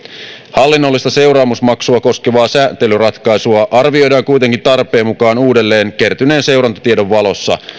hallinnollista seuraamusmaksua koskevaa sääntelyratkaisua arvioidaan kuitenkin tarpeen mukaan uudelleen kertyneen seurantatiedon valossa